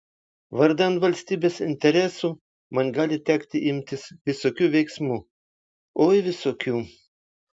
vardan valstybės interesų man gali tekti imtis visokių veiksmų oi visokių